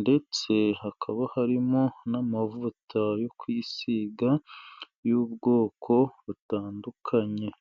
ndetse hakaba harimo n'amavuta yo kwisiga y'ubwoko butandukanye.